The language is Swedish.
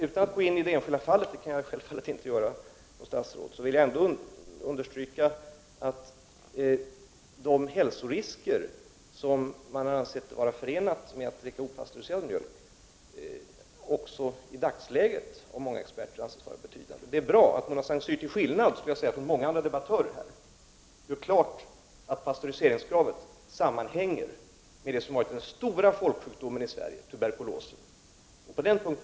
Utan att gå in på det enskilda fallet, vilket jag som statsråd självfallet inte kan göra, vill jag understryka att de hälsorisker som man har ansett vara förenade med att dricka opastöriserad mjölk också i dagsläget av många experter anses vara betydande. Det är bra att Mona Saint Cyr till skillnad från många andra debattörer gör klart att pastöriseringskravet sammanhänger med det som varit den stora folksjukdomen i Sverige, nämligen tuberkulosen.